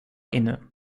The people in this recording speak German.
inne